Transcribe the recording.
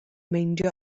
meindio